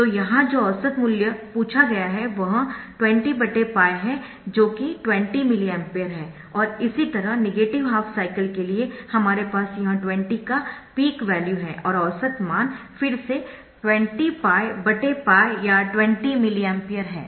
तो यहां जो औसत मूल्य पूछा गया है वह 20 𝜋 है जो कि 20mA है और इसी तरह नेगेटिव हाफ साइकिल के लिए हमारे पास यह 20 का पीक वैल्यू है और औसत मान फिर से 20 𝜋 𝜋 या 20 mA है